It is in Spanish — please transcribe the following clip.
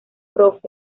prof